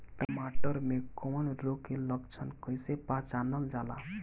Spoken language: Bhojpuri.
टमाटर मे कवक रोग के लक्षण कइसे पहचानल जाला?